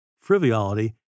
frivolity